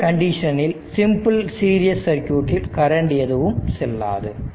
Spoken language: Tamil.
இதே கண்டிஷனில் சிம்பிள் சீரிஸ் சர்க்யூட்டில் கரன்ட் எதுவும் செல்லாது